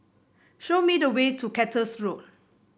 show me the way to Cactus Road